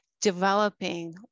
developing